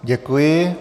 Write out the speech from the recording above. Děkuji.